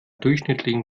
durchschnittlichen